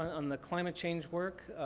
on the climate change work,